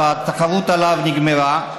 והתחרות עליו נגמרה.